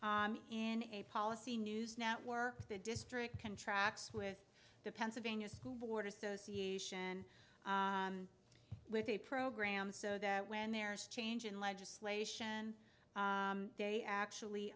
up in a policy news network the district contracts with the pennsylvania school board association with a program so that when there is change in legislation they actually